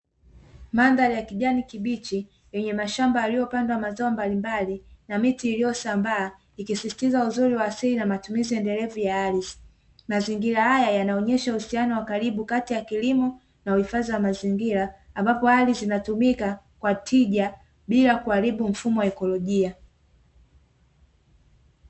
Mandhari ya kijani kibichi yenye mashamba yaliyopandwa mazao mbalimbali na miti iliyosambaa ikisisitiza uzuri wa asili na matumizi endelevu ya ardhi. Mazingira haya yanaonyesha uhusiano wa karibu kati ya kilimo na uhifadhi wa mazingira ambapo ardhi inatumika kwa tija bila kuharibu mfumo wa ikolojia.